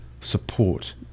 support